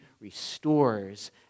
restores